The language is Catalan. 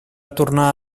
tornar